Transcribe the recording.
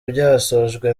byasojwe